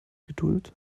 geduld